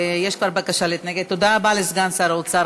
גברתי היושבת-ראש,